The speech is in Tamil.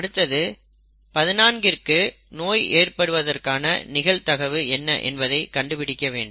அடுத்தது 14 கிற்கு நோய் ஏற்படுவதற்கான நிகழ்தகவு என்ன என்பதை கண்டுபிடிக்க வேண்டும்